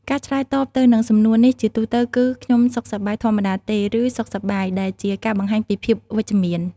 ការឆ្លើយតបទៅនឹងសំណួរនេះជាទូទៅគឺ “ខ្ញុំសុខសប្បាយធម្មតាទេ” ឬ “សុខសប្បាយ” ដែលជាការបង្ហាញពីភាពវិជ្ជមាន។